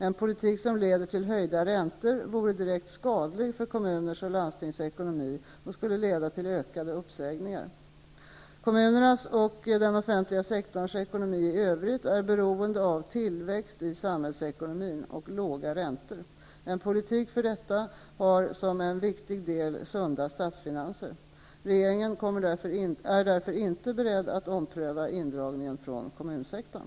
En politik som leder till höjda räntor vore direkt skadlig för kommuners och landstings ekonomi, och skulle leda till ökade uppsägningar. Kommunernas och den offentliga sektorns ekonomi i övrigt är beroende av tillväxt i samhällsekonomin och låga räntor. En politik för detta har som en viktig del sunda statsfinanser. Regeringen är därför inte beredd att ompröva indragningen från kommunsektorn.